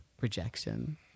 rejection